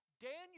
Daniel